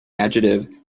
adjective